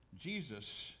Jesus